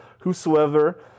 Whosoever